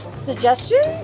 Suggestions